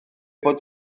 bod